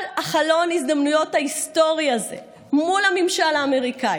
כל חלון ההזדמנויות ההיסטורי הזה מול הממשל האמריקני,